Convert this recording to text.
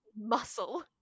muscle